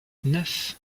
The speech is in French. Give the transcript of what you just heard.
neuf